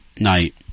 night